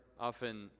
often